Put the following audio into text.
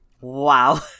Wow